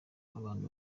abantu